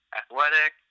athletic